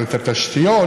אבל התשתיות